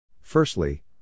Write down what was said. Firstly